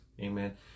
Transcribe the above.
Amen